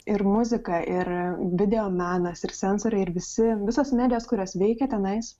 ir muzika ir videomenas ir sensoriai ir visi visos medijos kurios veikia tenais